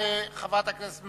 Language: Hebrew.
חבר הכנסת דב חנין,